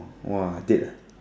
!woah! date ah